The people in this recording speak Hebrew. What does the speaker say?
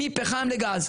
מפחם לגז.